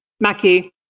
Mackie